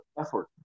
effort